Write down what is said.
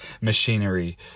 machinery